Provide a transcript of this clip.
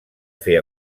fer